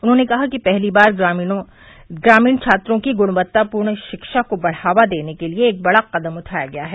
उन्होंने कहा कि पहली बार ग्रामीण छात्रों की गुणवत्तापूर्ण शिक्षा को बढ़ावा देने के लिए एक बड़ा कदम उठाया गया है